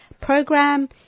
program